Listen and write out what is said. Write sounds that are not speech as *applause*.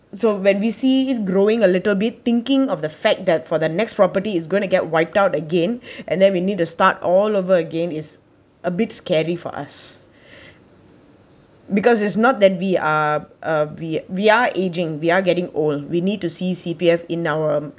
so when we see it growing a little bit thinking of the fact that for the next property is going to get wipe out again *breath* and then we need to start all over again is a bit scary for us *breath* because it's not that we are uh we we are aging we are getting old we need to see C_P_F in our